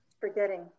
Forgetting